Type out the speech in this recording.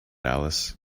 alice